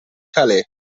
calais